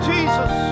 Jesus